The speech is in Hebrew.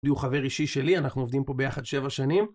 הוא חבר אישי שלי, אנחנו עובדים פה ביחד שבע שנים.